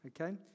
Okay